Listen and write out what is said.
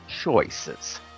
choices